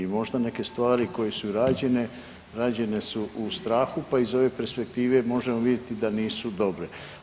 Možda neke stvari koje su i rađene, rađene su u strahu pa iz ove perspektive možemo vidjeti da nisu dobre.